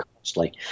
costly